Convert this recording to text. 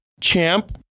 Champ